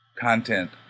content